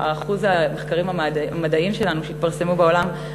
בעתיד אם לא נדע להשקיע במחקר ופיתוח, באקדמיה,